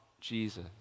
Jesus